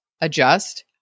adjust